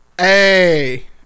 Hey